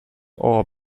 all